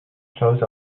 close